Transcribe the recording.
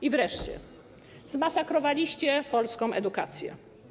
I wreszcie, zmasakrowaliście polską edukację.